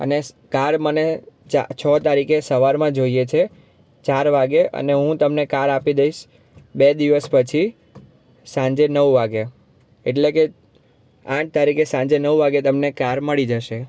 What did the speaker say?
અને કાર મને ચા છો તારીખે સવારમાં જોઈએ છે ચાર વાગે અને હું તમને કાર આપી દઈશ બે દિવસ પછી સાંજે નવ વાગે એટલે કે આઠ તારીખે સાંજે નવ વાગે તમને કાર મળી જશે